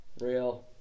Real